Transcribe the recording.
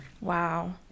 Wow